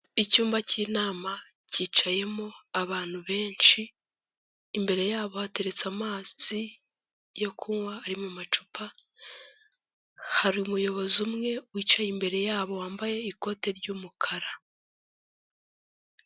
Icyumba cy'inama cyicayemo abantu benshi, imbere yabo hateretse amazi yo kunywa ari mu macupa, hari umuyobozi umwe wicaye imbere yabo wambaye ikote ry'umukara.